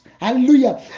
Hallelujah